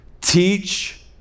Teach